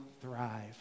thrive